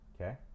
Okay